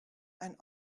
and